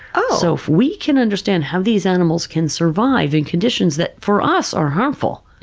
ah so if we can understand how these animals can survive in conditions that, for us, are harmful,